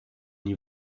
die